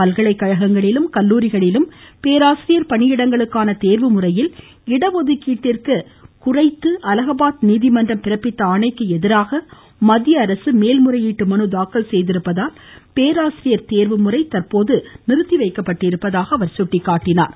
பல்கலைகழகங்களிலும் கல்லூரிகளிலும் பேராசிரியர் பணியிடங்களுக்கான தேர்வு முறையில் இடஒதுக்கீட்டிற்கு குறைத்து அலகாபாத் நீதிமன்றம் பிறப்பித்த ஆணைக்கு எதிராக மத்திய அரசு மேல்முறையீட்டு மனு தாக்கல் செய்திருப்பதால் பேராசிரியர் தேர்வு முறை தற்போது நிறுத்திவைக்கப்பட்டிருப்பதாக தெரிவித்தார்